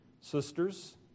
sisters